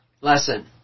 lesson